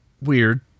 weird